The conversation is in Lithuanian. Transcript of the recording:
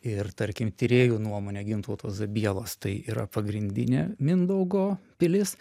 ir tarkim tyrėjų nuomone gintauto zabielos tai yra pagrindinė mindaugo pilis